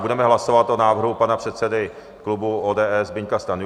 Budeme hlasovat o návrhu pana předsedy klubu ODS Zbyňka Stanjury.